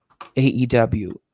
AEW